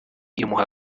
imuha